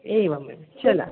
एवम् एवं चल